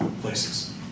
places